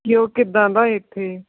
ਕਿ ਉਹ ਕਿੱਦਾਂ ਦਾ ਇੱਥੇ